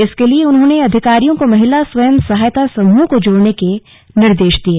इसके लिए उन्होंने अधिकारियों को महिला स्वयं सहायता समूहों को जोड़ने के निर्देश दिये